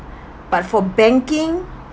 but for banking